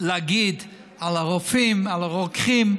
להגיד על הרופאים, על הרוקחים,